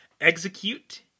Execute